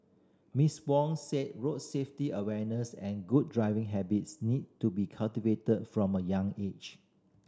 Miss Wong said road safety awareness and good driving habits need to be cultivated from a young age